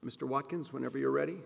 mr watkins whenever you're ready